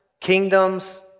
kingdoms